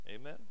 Amen